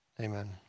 amen